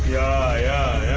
i